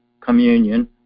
communion